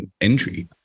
entry